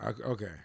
Okay